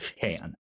fan